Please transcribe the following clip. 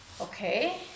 okay